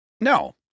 No